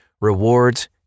rewards